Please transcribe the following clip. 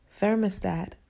thermostat